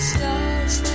Stars